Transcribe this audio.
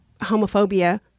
homophobia